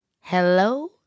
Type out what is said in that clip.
hello